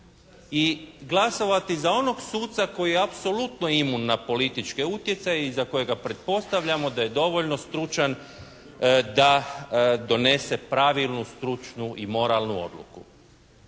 i glasovati za onog suca koji je apsolutno imun na političke utjecaja i za kojega pretpostavljamo da je dovoljno stručan da donese pravilnu, stručnu i moralnu odluku.